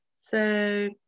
so-